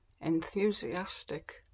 Enthusiastic